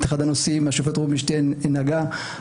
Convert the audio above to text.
זה אחד הנושאים שהשופט רובינשטיין נגע בהם,